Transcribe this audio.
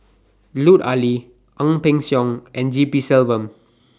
Lut Ali Ang Peng Siong and G P Selvam